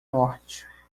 norte